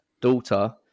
daughter